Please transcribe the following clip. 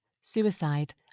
suicide